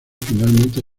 finalmente